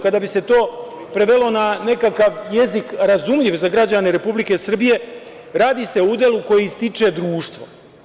Kada bi se to prevelo na nekakav jezik razumljiv za građane Republike Srbije, radi se o udelu koji stiče društvo.